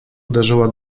uderzyła